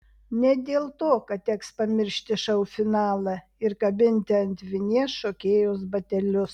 ne dėl to kad teks pamiršti šou finalą ir kabinti ant vinies šokėjos batelius